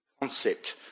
concept